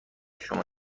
شما